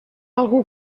algú